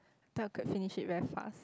thought I could finish it very fast